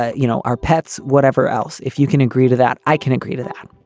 ah you know, our pets. whatever else. if you can agree to that, i can agree to that